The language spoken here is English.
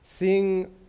Seeing